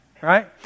right